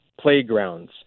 playgrounds